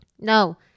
No